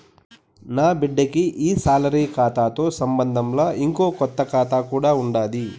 నాబిడ్డకి ఈ సాలరీ కాతాతో సంబంధంలా, ఇంకో కొత్త కాతా కూడా ఉండాది